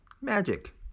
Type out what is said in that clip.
magic